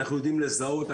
אנו יודעים לזהות,